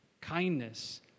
kindness